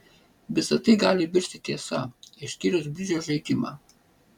visa tai gali virsti tiesa išskyrus bridžo žaidimą